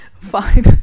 fine